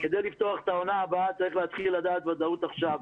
כדי לפתוח את העונה הבאה צריך לדעת וודאות עכשיו.